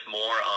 more